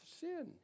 Sin